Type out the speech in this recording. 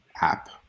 app